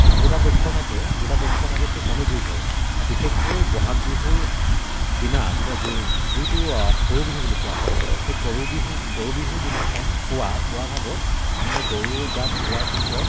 দুটা পক্ষ থাকে দুটা পক্ষৰ মাজত সেই কণী যুঁজ হয় আৰু বিশেষকৈ ব'হাগ বিহুৰ দিনা যিটো গৰু বিহু বুলি কোৱা হয় সেই গৰু বিহু গৰু বিহুৰ দিনাখন পুৱা পুৱাভাগত মানুহে গৰু গা ধুওৱাৰ পিছত